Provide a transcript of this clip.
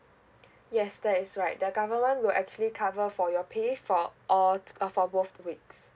yes that is right the government will actually cover for your pay for all uh for both weeks